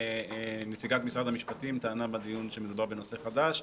נציגת משרד המשפטים טענה בדיון שמדובר בנושא חדש,